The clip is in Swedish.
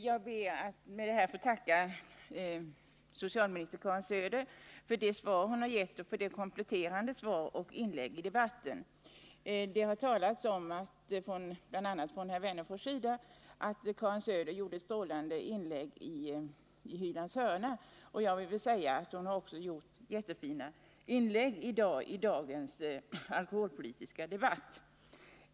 Herr talman! Jag vill tacka socialminister Karin Söder för hennes kompletterande svar och för hennes inlägg i debatten. BI. a. Alf Wennerfors anförde att Karin Söder gjort ett strålande inlägg i Lennart Hylands program Gomorron Sverige. Jag vill säga att hon också har gjort jättefina inlägg i dagens alkoholpolitiska debatt.